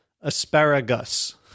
asparagus